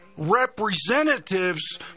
representatives